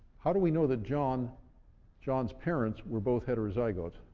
how do we know that john john's parents were both heterozygotes?